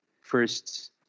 First